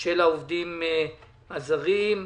של העובדים הזרים.